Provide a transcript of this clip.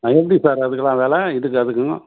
ஆ எப்படி சார் அதுக்குலாம் வெலை இதுக்கு அதுக்கும்